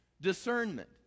discernment